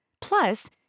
Plus